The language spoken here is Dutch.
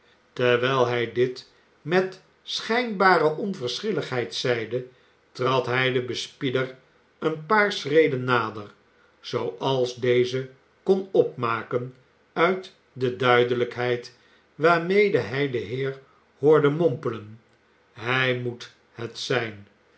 terwijl hij dit met schijnbare onverschilligheid zeide trad hij den bespieder een paar schreden nader zooals deze kon opmaken uit de duidelijkheid waarmede hij den heer hoorde mompelen hij moet het zijn